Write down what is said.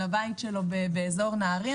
לבית שלו באזור נהרייה.